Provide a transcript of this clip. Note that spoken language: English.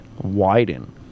widen